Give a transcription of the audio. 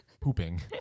Pooping